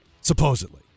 Supposedly